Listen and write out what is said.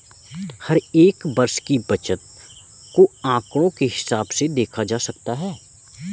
हर एक वर्ष की बचत को आंकडों के हिसाब से देखा जाता है